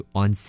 on